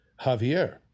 Javier